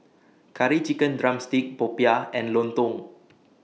Curry Chicken Drumstick Popiah and Lontong